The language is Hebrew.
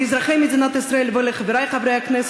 לאזרחי מדינת ישראל ולחברי חברי הכנסת,